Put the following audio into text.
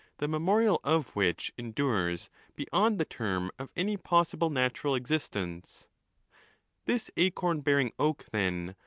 the memorial of which endures beyond the term of any possible natural existence this acorn-bearing oak, then,